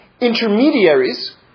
intermediaries